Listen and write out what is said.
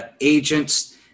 agents